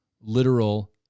literal